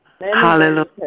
Hallelujah